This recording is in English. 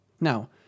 Now